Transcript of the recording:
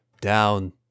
Down